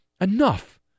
Enough